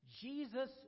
Jesus